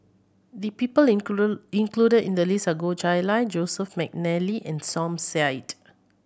the people included in the list are Goh Chiew Lye Joseph McNally and Som Said